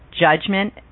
judgment